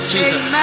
Jesus